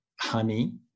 honey